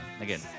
again